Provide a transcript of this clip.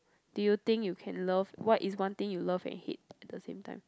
do you think you can love what is one thing you love and hate at the same time